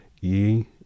ye